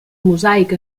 mosaic